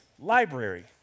library